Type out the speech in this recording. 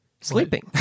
sleeping